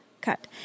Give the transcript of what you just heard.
cut